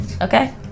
okay